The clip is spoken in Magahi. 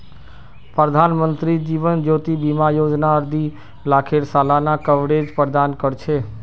प्रधानमंत्री जीवन ज्योति बीमा योजना दी लाखेर सालाना कवरेज प्रदान कर छे